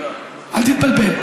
אל תתבלבל.